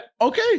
Okay